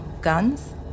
guns